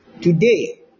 Today